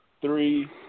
three –